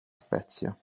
spezia